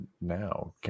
now